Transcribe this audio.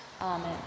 Amen